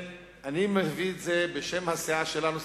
אני מביא את זה בשם הסיעה שלנו,